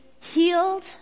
healed